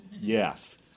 Yes